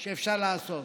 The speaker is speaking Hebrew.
שאפשר לעשות.